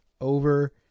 over